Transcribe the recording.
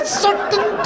certain